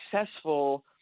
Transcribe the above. successful